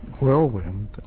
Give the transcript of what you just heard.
whirlwind